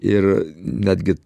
ir netgi